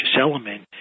element